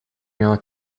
miała